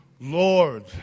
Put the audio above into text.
Lord